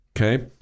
Okay